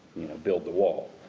you know build the wall.